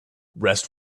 rest